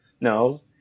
no